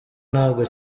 ntabwo